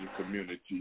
community